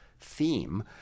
theme